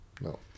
no